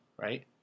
right